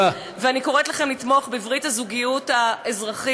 ואני קוראת לכם לתמוך בברית הזוגיות האזרחית.